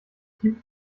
gibt